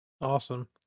Awesome